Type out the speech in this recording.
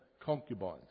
concubines